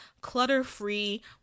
clutter-free